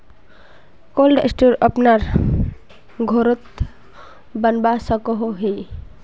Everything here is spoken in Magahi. कोल्ड स्टोर अपना घोरोत बनवा सकोहो ही?